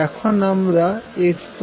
এখন আমরা x v t পরিবর্তন করবো